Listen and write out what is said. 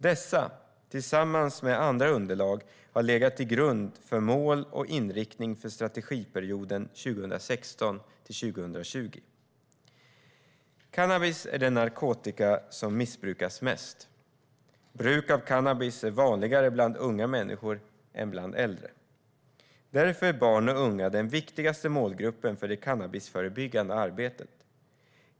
Dessa, tillsammans med andra underlag, har legat till grund för mål och inriktning för strategiperioden 2016-2020. Cannabis är den narkotika som missbrukas mest. Bruk av cannabis är vanligare bland unga människor än bland äldre. Därför är barn och unga den viktigaste målgruppen för det cannabisförebyggande arbetet.